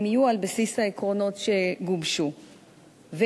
הם יהיו על בסיס העקרונות שגובשו ויתגבשו.